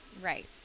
Right